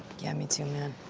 yeah, me too, man.